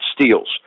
steals